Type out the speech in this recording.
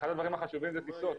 שאחד הדברים החשובים זה טיסות.